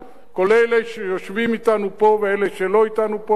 כל אלה שיושבים אתנו פה ואלה שלא אתנו פה היום,